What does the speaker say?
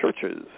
churches